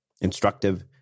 instructive